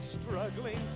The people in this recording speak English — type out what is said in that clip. struggling